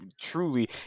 Truly